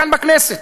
כאן בכנסת.